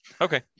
Okay